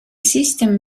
system